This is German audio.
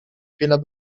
fehler